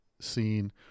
scene